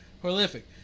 prolific